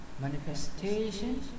manifestation